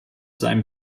seinem